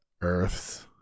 earth's